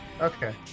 Okay